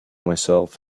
myself